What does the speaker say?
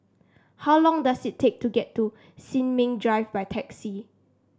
how long does it take to get to Sin Ming Drive by taxi